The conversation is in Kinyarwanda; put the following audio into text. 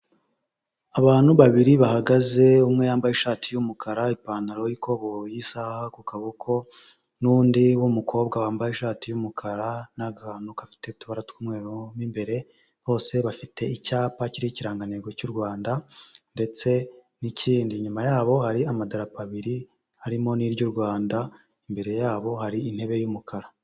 Abantu babiri bahagaze umwe yambaye ishati y'umukara, ipantaro Y'ikoboyI, isaha ku kaboko, n'undi w'umukobwa wambaye ishati y'umukara n'agakantu gafite utubara tw'umweru mo imbere, bose bafite icyapa kiriho ikirangantego cy'u Rwanda ndetse n'ikindi. Inyuma yabo hari amadarapo abiri, harimo n'iry'u Rwanda, imbere yabo hari intebe y'umukara.